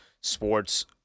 sports